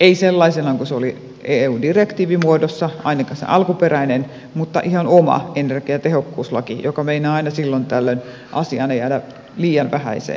ei sellaisena kuin se oli eu direktiivimuodossa ainakaan alkuperäisenä mutta ihan oma energiatehokkuuslaki joka meinaa aina silloin tällöin asiana jäädä liian vähäiseen asemaan